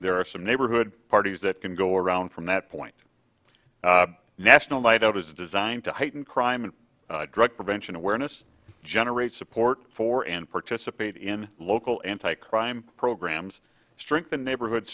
there are some neighborhood parties that can go around from that point national night out is designed to heighten crime and drug prevention awareness generate support for and participate in local anti crime programs strengthen neighborhood